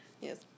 Yes